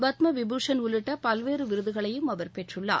பத்மவிபூஷன் உள்ளிட்ட பல்வேறு விருதுகளையும் அவர் பெற்றுள்ளார்